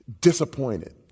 disappointed